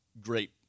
great